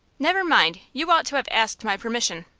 never mind you ought to have asked my permission.